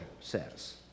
says